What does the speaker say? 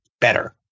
better